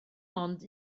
ond